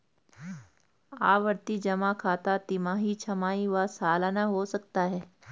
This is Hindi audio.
आवर्ती जमा खाता तिमाही, छमाही व सलाना हो सकता है